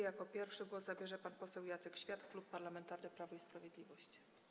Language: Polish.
Jako pierwszy głos zabierze pan poseł Jacek Świat, Klub Parlamentarny Prawo i Sprawiedliwość.